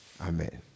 amen